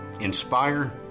inspire